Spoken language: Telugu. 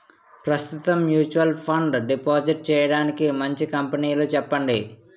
ప్రస్తుతం మ్యూచువల్ ఫండ్ డిపాజిట్ చేయడానికి మంచి కంపెనీలు చెప్పండి